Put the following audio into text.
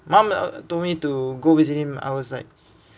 mum told me to go visit him I was like